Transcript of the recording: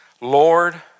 Lord